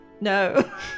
No